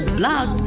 blog